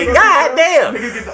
goddamn